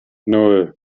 nan